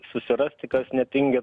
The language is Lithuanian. susirasti kas netingi